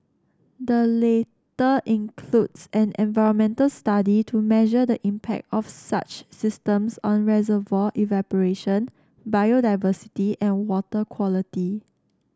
the latter includes an environmental study to measure the impact of such systems on reservoir evaporation biodiversity and water quality